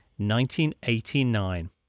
1989